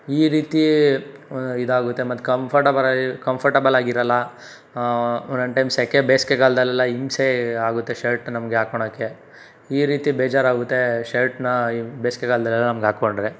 ಈ ರೀತಿ ಇದಾಗುತ್ತೆ ಮತ್ತು ಕಂಫರ್ಟೆಬಲಾಗಿ ಕಂಫರ್ಟೆಬಲಾಗಿರಲ್ಲ ಒಂದೊನ್ ಟೈಮ್ ಸೆಕೆ ಬೇಸಿಗೆಗಾಲದಲೆಲ್ಲ ಹಿಂಸೆ ಆಗುತ್ತೆ ಶರ್ಟ್ ನಮಗೆ ಹಾಕೊಳ್ಳೋಕ್ಕೆ ಈ ರೀತಿ ಬೇಜಾರಾಗುತ್ತೆ ಶರ್ಟ್ನ ಈ ಬೇಸಿಗೆಕಾಲದಲ್ಲೆಲ್ಲ ನಮಗೆ ಹಾಕ್ಕೊಂಡ್ರೆ